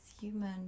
human